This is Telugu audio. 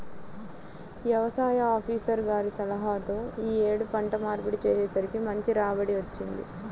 యవసాయ ఆపీసర్ గారి సలహాతో యీ యేడు పంట మార్పిడి చేసేసరికి మంచి రాబడి వచ్చింది